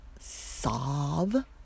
sob